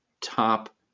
top